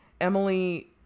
Emily